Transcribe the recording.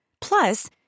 Plus